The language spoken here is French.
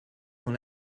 dans